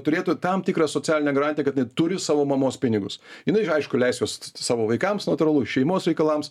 turėtų tam tikrą socialinę garantiją kad inai turi savo mamos pinigus jinai aišku leis juos savo vaikams natūralu šeimos reikalams